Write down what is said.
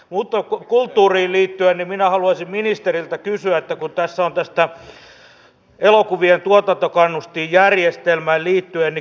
mutta kulttuuriin liittyen minä haluaisin ministeriltä kysyä elokuvien tuotantokannustinjärjestelmään liittyen